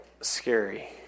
scary